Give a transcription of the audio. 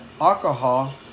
alcohol